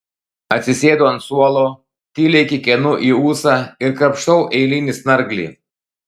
atsisėdu ant suolo tyliai kikenu į ūsą ir krapštau eilinį snarglį